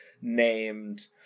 named